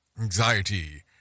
anxiety